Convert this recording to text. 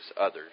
others